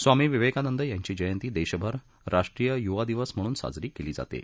स्वामी विवेकानंद यांची जयंती देशभर राष्ट्रीय युवा दिवस म्हणून साजरी केली जाते